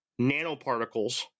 nanoparticles